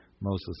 Moses